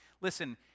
listen